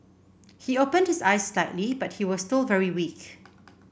he opened his eyes slightly but he was still very weak